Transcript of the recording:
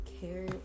care